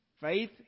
Faith